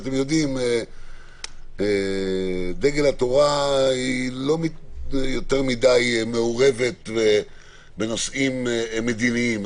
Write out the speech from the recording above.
יודעים שדגל התורה לא יותר מדי מעורבת בנושאים מדיניים,